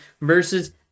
versus